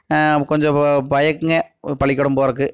கொஞ்சம் ப பயம்ங்க பள்ளிக்கூடம் போகிறக்கு